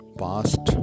past